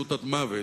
ברצינות עד מוות,